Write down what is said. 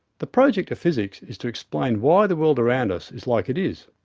the project of physics is to explain why the world around us is like it is,